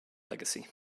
legacy